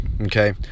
Okay